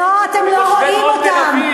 אנחנו רואים את אזרחי